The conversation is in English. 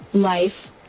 life